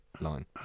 line